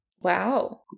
wow